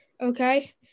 Okay